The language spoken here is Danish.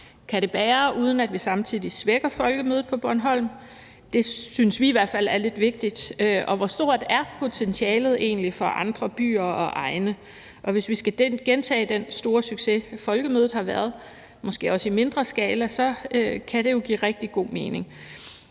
Kan det bære, uden at vi samtidig svækker folkemødet på Bornholm? Det spørgsmål synes vi i hvert fald er lidt vigtigt. Og hvor stort er potentialet egentlig for andre byer og egne? Hvis vi, måske i mindre skala, skal gentage den store succes, Folkemødet på Bornholm har været, kan det jo give rigtig god mening.